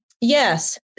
yes